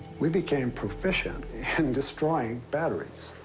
we became proficient in destroying batteries.